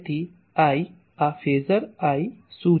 તેથી I આ phasor I શું છે